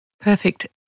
Perfect